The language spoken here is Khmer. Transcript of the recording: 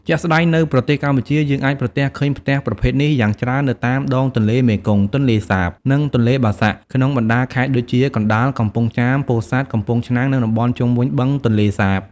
ជាក់ស្តែង នៅប្រទេសកម្ពុជា យើងអាចប្រទះឃើញផ្ទះប្រភេទនេះយ៉ាងច្រើននៅតាមដងទន្លេមេគង្គ ទន្លេសាប និងទន្លេបាសាក់ ក្នុងបណ្តាខេត្តដូចជា កណ្តាល កំពង់ចាម ពោធិ៍សាត់ កំពង់ឆ្នាំង និងតំបន់ជុំវិញ បឹងទន្លេសាប ។